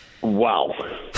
Wow